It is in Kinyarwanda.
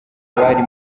abari